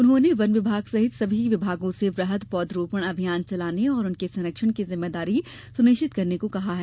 उन्होंने वन विभाग सहित सभी विभागों से वृहद पौध रोपण अभियान चलाने और उनके संरक्षण की ज़िम्मेदारी सुनिश्चित करने को कहा है